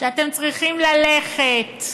כשאתם צריכים ללכת,